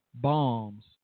bombs